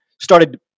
started